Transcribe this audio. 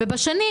שנית,